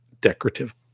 decorative